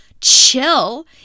chill